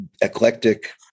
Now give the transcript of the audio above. eclectic